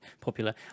Popular